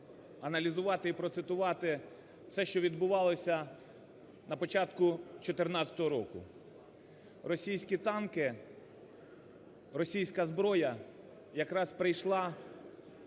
проаналізувати і процитувати все, що відбувалося на початку 2014 року. Російські танки, російська зброя якраз прийшла